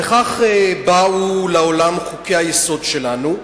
וכך באו לעולם חוקי-היסוד שלנו,